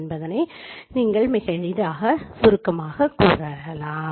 என்பதனை மிக எளிதாக சுருக்கமாகக் கூறலாம்